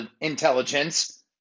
intelligence